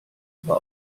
aber